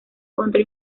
contra